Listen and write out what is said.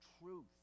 truth